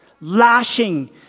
lashing